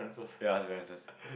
ya it's very